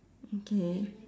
okay